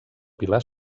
pilar